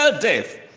death